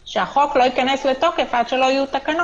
יוכי, עד כאן.